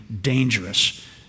dangerous